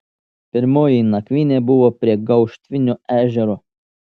pirmoji nakvynė buvo prie gauštvinio ežero